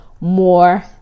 more